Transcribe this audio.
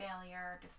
failure